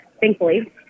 thankfully